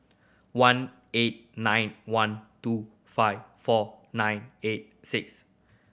one eight nine one two five four nine eight six